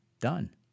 done